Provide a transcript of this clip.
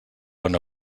una